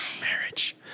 Marriage